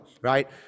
right